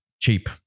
cheap